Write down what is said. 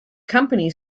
company